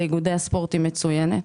לאיגודי הספורט היא מצוינת,